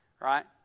Right